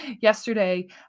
yesterday